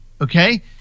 Okay